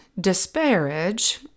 disparage